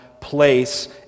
place